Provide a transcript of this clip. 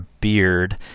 beard